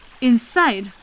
inside